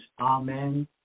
amen